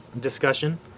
discussion